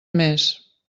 més